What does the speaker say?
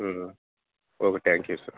okay thank you sir